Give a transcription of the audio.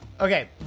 Okay